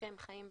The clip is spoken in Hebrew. שהם חיים בסרט.